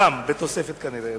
בתוספת כנראה.